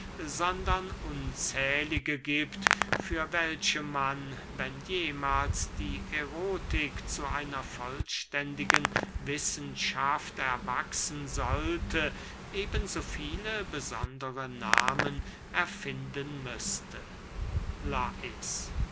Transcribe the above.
sondern unzählige giebt für welche man wenn jemahls die erotik zu einer vollständigen wissenschaft erwachsen sollte eben so viele besondere nahmen erfinden müßte lais